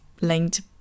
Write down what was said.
linked